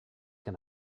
can